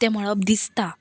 तें मळब दिसता